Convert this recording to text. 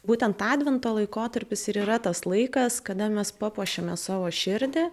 būtent advento laikotarpis ir yra tas laikas kada mes papuošiame savo širdį